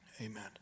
Amen